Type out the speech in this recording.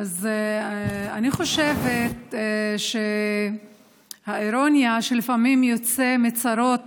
אני חושבת שהאירוניה היא שלפעמים מצרות